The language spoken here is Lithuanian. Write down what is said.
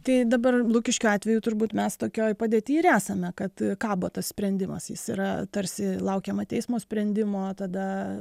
tai dabar lukiškių atveju turbūt mes tokioj padėty ir esame kad kabo tas sprendimas jis yra tarsi laukiama teismo sprendimo tada